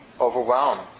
overwhelmed